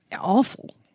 awful